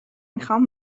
میخوام